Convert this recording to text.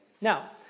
Now